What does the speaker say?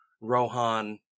rohan